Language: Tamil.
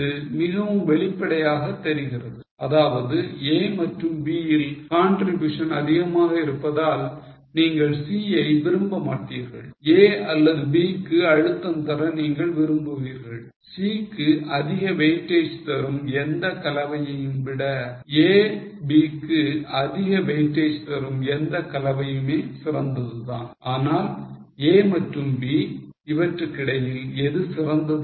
இது மிகவும் வெளிப்படையாக தெரிகிறது அதாவது A மற்றும் B ல் contribution அதிகமாக இருப்பதால் நீங்கள் C ஐ விரும்ப மாட்டீர்கள் A அல்லது B க்கு அழுத்தம் தர நீங்கள் விரும்புவீர்கள் C க்கு அதிக weightage தரும் எந்த கலவையையும் விட A B க்கு அதிக weightage தரும் எந்த கலவையுமே சிறந்தது தான் ஆனால் A மற்றும் B இவற்றுக்கிடையில் எது சிறந்தது